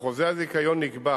בחוזה הזיכיון נקבע